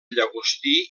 llagostí